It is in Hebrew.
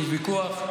יש ויכוח.